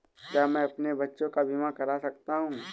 क्या मैं अपने बच्चों का बीमा करा सकता हूँ?